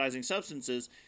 substances